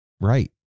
Right